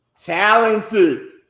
talented